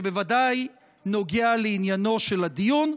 שבוודאי נוגע לעניינו של הדיון.